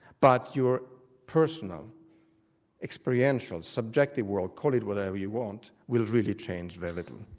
but your personal experiential, subjective world call it whatever you want will really change very little.